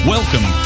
Welcome